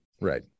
right